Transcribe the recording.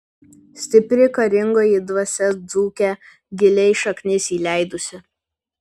stipri karingoji dvasia dzūke giliai šaknis įleidusi